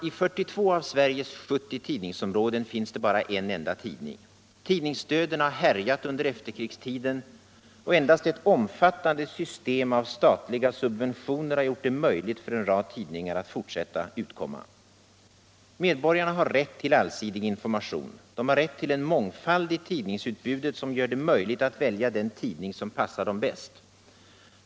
I 42 av Sveriges 70 tidningsområden finns bara en enda tidning. Tidningsdöden har härjat under efterkrigstiden och endast ett omfattande system av statliga subventioner har gjort det möjligt för en rad tidningar att fortsätta utkomma. Medborgarna har rätt till allsidig information. De har rätt till en mångfald i tidningsutbudet som gör det möjligt att välja den tidning som passar dem bäst.